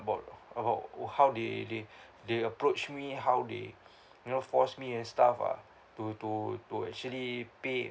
about about how they they they approach me how they you know force me and stuff ah to to to actually pay